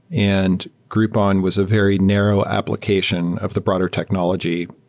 and groupon was a very narrow application of the broader technology,